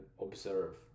observe